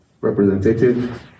Representative